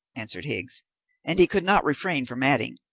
answered higgs and he could not refrain from adding,